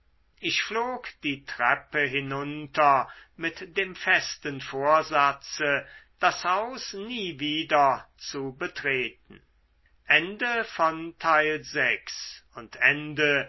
ich flog die treppe hinunter mit dem festen vorsatze das haus nie wieder zu betreten